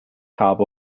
habe